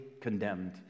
condemned